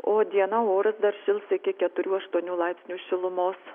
o dieną oras dar šils iki keturių aštuonių laipsnių šilumos